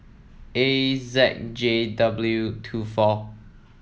A Z J W two four